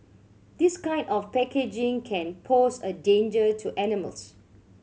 this kind of packaging can pose a danger to animals